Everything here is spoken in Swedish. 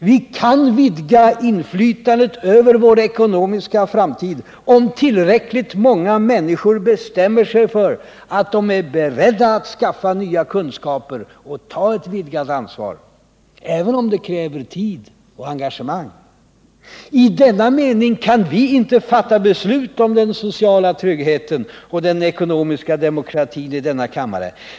Vi kan vidga inflytandet över vår ekonomiska framtid, om tillräckligt många människor bestämmer sig för att de är beredda att skaffa nya kunskaper och ta ett vidgat ansvar, även om det kräver tid och engagemang. I denna mening kan vi inte fatta beslut om den sociala tryggheten och den ekonomiska demokratin i denna kammare.